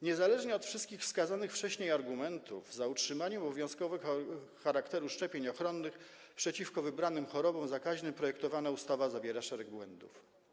Niezależnie od wszystkich wskazanych wcześniej argumentów za utrzymaniem obowiązkowego charakteru szczepień ochronnych przeciwko wybranym chorobom zakaźnym projektowana ustawa zawiera szereg błędów.